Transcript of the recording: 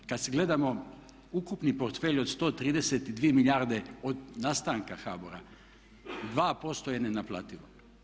I kad gledamo ukupni portfelj od 132 milijarde od nastanka HBOR-a, 2% je nenaplativo.